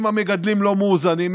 אם המגדלים לא מאוזנים,